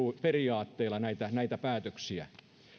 periaatteilla näitä näitä päätöksiä